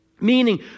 Meaning